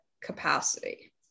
capacity